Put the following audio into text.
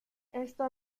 esto